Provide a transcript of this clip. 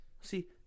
See